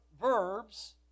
verbs